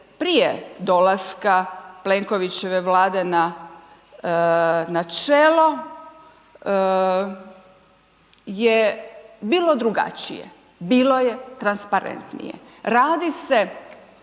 prije dolaska Plenkovićeve Vlade na čelo je bilo drugačije, bilo je transparentnije. Radi se